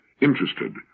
interested